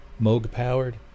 Moog-powered